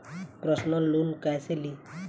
Personal loan कैसे ली?